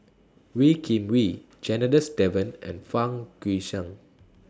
Wee Kim Wee Janadas Devan and Fang Guixiang